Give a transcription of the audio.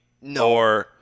No